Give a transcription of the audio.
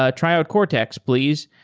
ah try out cortex, please.